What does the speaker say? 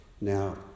Now